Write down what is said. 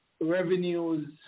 revenues